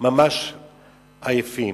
ממש עייפים.